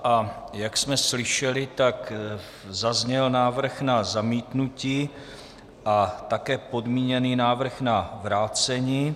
A jak jsme slyšeli, zazněl návrh na zamítnutí a také podmíněný návrh na vrácení.